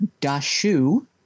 dashu